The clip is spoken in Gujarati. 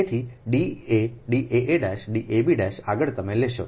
તેથી D a D a a D a b આગળ તમે લેશો